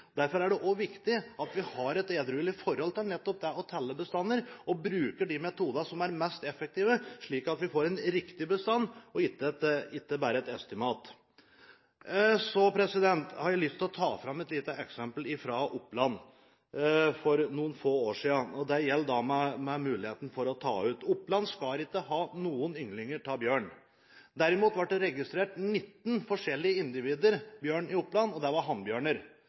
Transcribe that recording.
Derfor er det også viktig at vi har et edruelig forhold til nettopp det å telle bestander, og at vi bruker de metodene som er mest effektive, slik at vi får en riktig bestand og ikke bare et estimat. Så har jeg lyst til å ta fram et lite eksempel fra Oppland for noen få år siden. Det gjelder muligheten for å ta ut dyr. Oppland skal ikke ha ynglende bjørn. Det ble registrert 19 forskjellige individer bjørn i Oppland, og det var